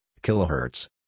kilohertz